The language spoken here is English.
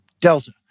delta